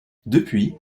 depuis